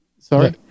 Sorry